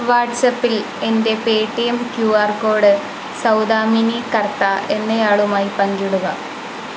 വാട്ട്സാപ്പിൽ എൻ്റെ Paytm Q R code Saudamini Kartha എന്നയാളുമായി പങ്കിടുക